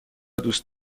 دوست